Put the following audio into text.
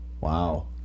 Wow